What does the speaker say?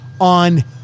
on